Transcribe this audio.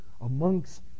amongst